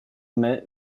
mai